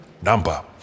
number